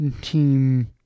team